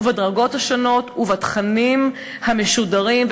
ובדרגות השונות ובתכנים המשודרים.